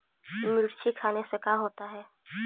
मिर्ची खाने से का होता है?